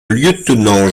lieutenant